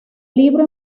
libro